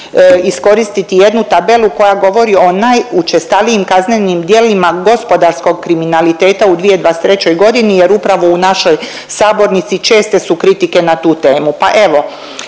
iskoristiti jednu tabelu koja govori o najučestalijim kaznenim djelima gospodarskog kriminaliteta u 2023. godini jer upravo u našoj sabornici česte su kritike na tu temu